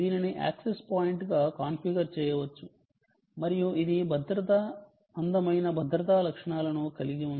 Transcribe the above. దీనిని యాక్సెస్ పాయింట్గా కాన్ఫిగర్ చేయవచ్చు మరియు ఇది భద్రతా అందమైన భద్రతా లక్షణాలను కలిగి ఉంది